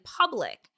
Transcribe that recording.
public